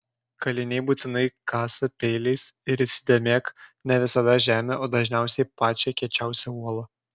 kaliniai būtinai kasa peiliais ir įsidėmėk ne visada žemę o dažniausiai pačią kiečiausią uolą